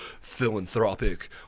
philanthropic